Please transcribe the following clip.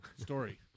story